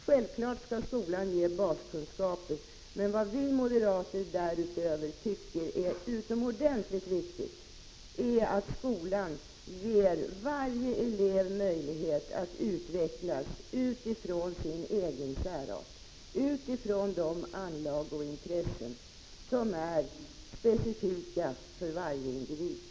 Självfallet skall skolan ge baskunskaper, men vad vi moderater anser vara utomordentligt viktigt är att skolan därutöver ger varje elev möjlighet att utvecklas utifrån sin egen särart, utifrån de anlag och intressen som är specifika för varje individ.